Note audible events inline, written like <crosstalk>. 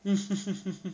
<laughs>